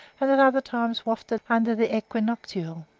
and at other times wafted under the equinoctial.